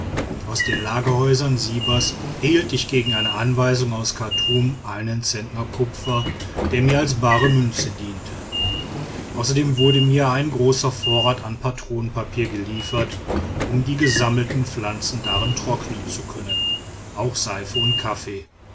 aus den lagerhäusern sibers erhielt ich gegen eine anweisung auf chartum einen zentner kupfer das mir als bare münze diente außerdem wurde mir ein großer vorrat an patronenpapier geliefert um die gesammelten pflanzen darin trocknen zu können auch seife und kaffee